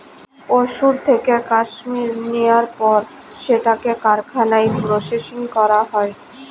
পশুর থেকে কাশ্মীর নেয়ার পর সেটাকে কারখানায় প্রসেসিং করা হয়